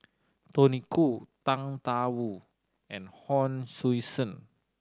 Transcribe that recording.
Tony Khoo Tang Da Wu and Hon Sui Sen